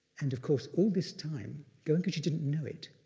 and of course all this time, goenkaji didn't know it,